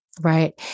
Right